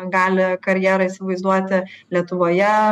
gali karjerą įsivaizduoti lietuvoje